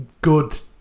good